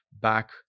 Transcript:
back